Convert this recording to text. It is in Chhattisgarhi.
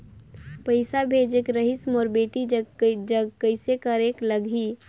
पइसा भेजेक रहिस मोर बेटी जग कइसे करेके लगही?